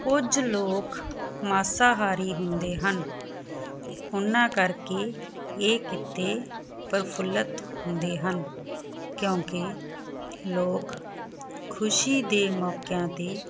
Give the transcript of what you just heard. ਕੁਝ ਲੋਕ ਮਾਸਾਹਾਰੀ ਹੁੰਦੇ ਹਨ ਉਹਨਾਂ ਕਰਕੇ ਇਹ ਕੀਤੇ ਪ੍ਰਫੁੱਲਤ ਹੁੰਦੇ ਹਨ ਕਿਉਂਕਿ ਲੋਕ ਖੁਸ਼ੀ ਦੇ ਮੌਕਿਆਂ ਤੇ